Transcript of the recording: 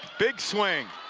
big swing,